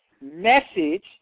message